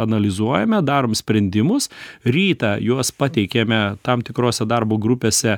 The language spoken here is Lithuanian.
analizuojame darom sprendimus rytą juos pateikiame tam tikrose darbo grupėse